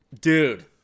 dude